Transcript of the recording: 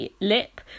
lip